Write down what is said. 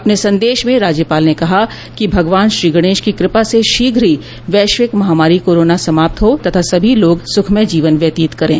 अपने संदेश में राज्यपाल ने कहा कि भगवान श्रीगणेश की कृपा से शीघ्र ही वैश्विक महामारी कोरोना समाप्त हो तथा सभी लोग सुखमय जीवन व्यतीत करें